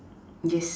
yes